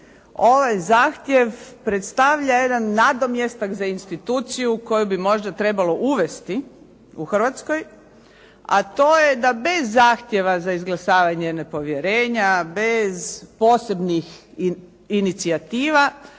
ovaj zahtjev predstavlja jedan nadomjestak za instituciju koju bi možda trebalo uvesti u Hrvatskoj, a to je da bez zahtjeva za izglasavanje nepovjerenja, bez posebnih inicijativa